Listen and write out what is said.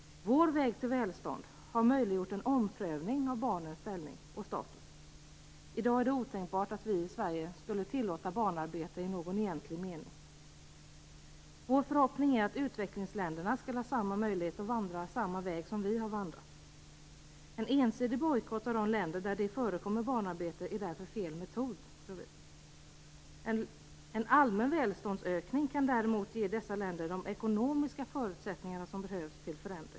Vår väg till välstånd har möjliggjort en omprövning av barnens ställning och status. I dag är det otänkbart att vi i Sverige skulle tillåta barnarbete i någon egentlig mening. Vår förhoppning är att utvecklingsländerna skall ha möjlighet att vandra samma väg som vi har vandrat. En ensidig bojkott av de länder där det förekommer barnarbete är därför fel metod, tror vi. En allmän välståndsökning kan däremot ge dessa länder de ekonomiska förutsättningar till förändring som behövs.